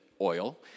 oil